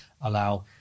allow